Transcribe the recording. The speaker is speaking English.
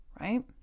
Right